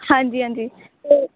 ਹਾਂਜੀ ਹਾਂਜੀ ਅਤੇ